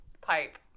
pipe